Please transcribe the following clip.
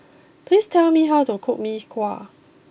please tell me how to cook Mee Kuah